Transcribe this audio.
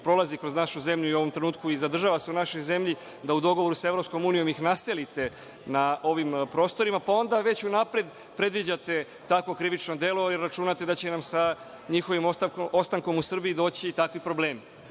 prolazi kroz našu zemlju u ovom trenutku i zadržava se u našoj zemlji, da u dogovoru sa EU ih naselite na ovim prostorima, pa onda već unapred predviđate takvo krivično delo, jer računate da će nam sa njihovim ostankom u Srbiji doći takvi problemi?